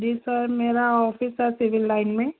जी sir मेरा office है civil line में